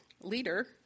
leader